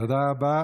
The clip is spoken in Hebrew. תודה רבה.